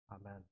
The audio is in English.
Amen